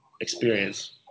experience